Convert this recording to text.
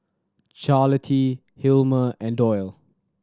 Charlottie Hilmer and Doyle